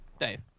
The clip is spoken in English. Dave